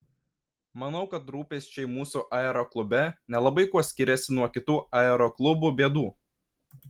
manau kad rūpesčiai mūsų aeroklube nelabai kuo skiriasi nuo kitų aeroklubų bėdų